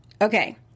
Okay